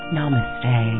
Namaste